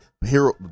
hero